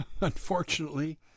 unfortunately